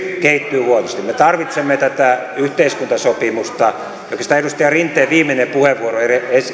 kehittyy huonosti me tarvitsemme tätä yhteiskuntasopimusta oikeastaan edustaja rinteen viimeinen puheenvuoro